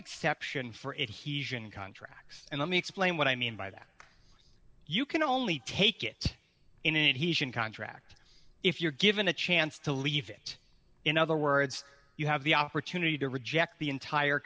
exception for it he contracts and let me explain what i mean by that you can only take it in and he should contract if you're given a chance to leave it in other words you have the opportunity to reject the entire